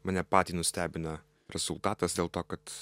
mane patį nustebina rezultatas dėl to kad